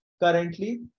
currently